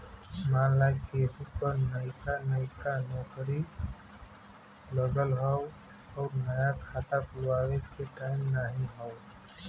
मान ला केहू क नइका नइका नौकरी लगल हौ अउर नया खाता खुल्वावे के टाइम नाही हौ